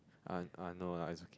uh uh no lah it's okay